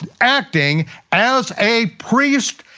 and acting as a priest,